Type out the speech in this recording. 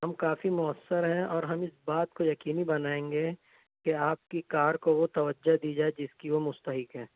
ہم کافی موثر ہیں اور ہم اس بات کو یقینی بنائیں گے کہ آپ کی کار کو وہ توجہ دی جائے جس کی وہ مستحق ہے